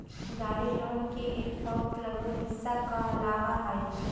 गाड़ी लोन के एक बहुत लघु हिस्सा कहलावा हई